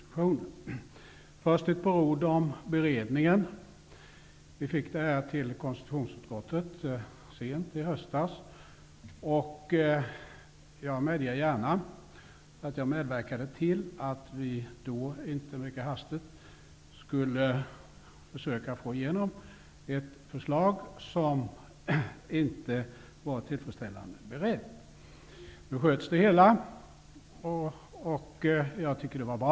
Först vill jag nämna ett par ord om beredningen. Vi fick denna fråga till konstitutionsutskottet sent i höstas. Jag medger gärna att jag medverkade till att vi då mycket hastigt försökte få igenom ett förslag som inte var tillfredsställande berett. Nu uppsköts det hela, vilket jag tycker var bra.